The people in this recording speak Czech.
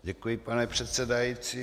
Děkuji, pane předsedající.